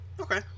okay